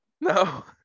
No